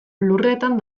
lurretan